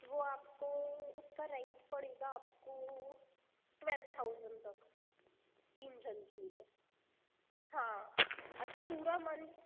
वो आपको उसका रेंट पड़ेगा आपको ट्वेल थाउजेंड तक तीन जन के लिए हाँ अच्छा पूरा मंथ